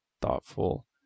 thoughtful